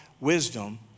wisdom